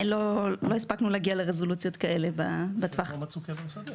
לא הספקנו להגיע לרזולוציות כאלה בטווח- -- או שהם לא מצאו קבר.